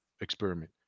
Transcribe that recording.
experiment